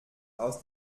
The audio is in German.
aus